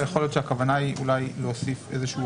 יכול להיות שהכוונה היא אולי להוסיף איזושהי